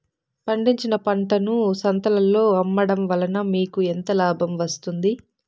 పండించిన పంటను సంతలలో అమ్మడం వలన మీకు ఎంత లాభం వస్తుంది?